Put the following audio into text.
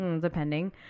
depending